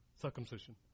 circumcision